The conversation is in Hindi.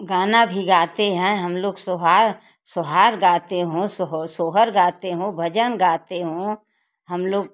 गाना भी गाते हैं हम लोग सोहार सोहार गाते हों सोह सोहर गाते हों भजन गाते हों हम लोग